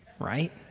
right